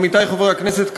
עמיתי חברי הכנסת,